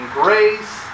grace